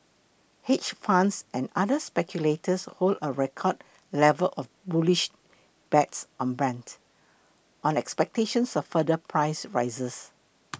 hedge funds and other speculators hold a record level of bullish bets on Brent on expectations of further price rises